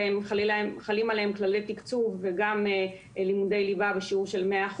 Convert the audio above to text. שחלים עליהם כללי תקצוב וגם לימודי ליבה בשיעור של 100%,